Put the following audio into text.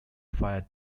fire